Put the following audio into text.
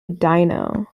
dino